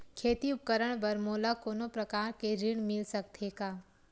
खेती उपकरण बर मोला कोनो प्रकार के ऋण मिल सकथे का?